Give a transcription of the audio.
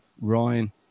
Ryan